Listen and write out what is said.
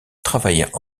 travaillèrent